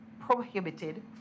prohibited